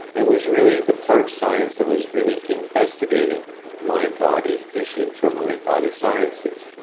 and was really the part of science that was really investigating mind-body issues, or mind-body sciences.